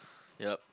yup